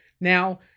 Now